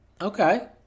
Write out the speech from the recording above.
Okay